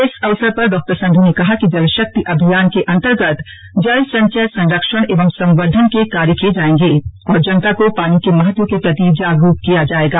इस अवसर पर डॉ सन्धू ने कहा कि जल शक्ति अभियान के अन्तर्गत जल संचय संरक्षण एवं संवर्द्धन के कार्य किये जायेंगे और जनता को पानी के महत्व के प्रति जागरूक किया जाएगा